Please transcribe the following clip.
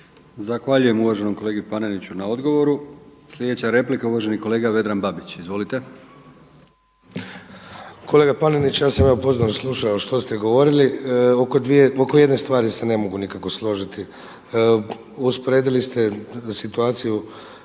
Zahvaljujem uvaženom kolegi Paneniću na odgovoru. Sljedeća replika uvaženi kolega Vedran Babić. Izvolite. **Babić, Vedran (SDP)** Kolega Panenić, evo ja sam pozorno slušao što ste govorili. Oko jedne stvari se ne mogu nikako složiti, usporedili ste situaciju